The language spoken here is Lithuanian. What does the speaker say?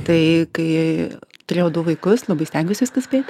tai kai turėjau du vaikus labai stengiausi viską spėt